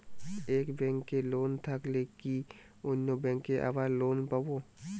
এক ব্যাঙ্কে লোন থাকলে কি অন্য ব্যাঙ্কে আবার লোন পাব?